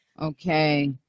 Okay